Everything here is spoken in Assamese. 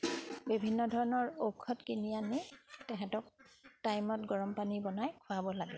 বিভিন্ন ধৰণৰ ঔষধ কিনি আনি তেহেঁতক টাইমত গৰমপানী বনাই খুৱাব লাগে